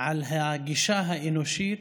על הגישה האנושית.